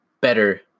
better